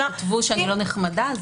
שכתבו שאני לא נחמדה?